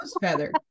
feather